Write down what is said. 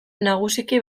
nagusiki